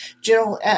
general